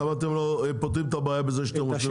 למה אתם לא פותרים את הבעיה בזה שאתם --- את